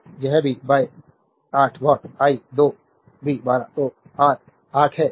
यह भी ६४ by 8 att what I २ भी १२ आर 8 है